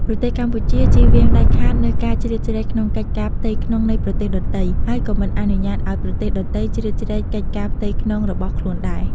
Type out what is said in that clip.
ប្រទេសកម្ពុជាចៀសវាងដាច់ខាតនូវការជ្រៀតជ្រែកក្នុងកិច្ចការផ្ទៃក្នុងនៃប្រទេសដទៃ ហើយក៏មិនអនុញ្ញាតឱ្យប្រទេសដទៃជ្រៀតជ្រែកកិច្ចការផ្ទៃក្នុងរបស់ខ្លួនដែរ។